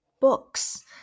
books